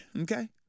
okay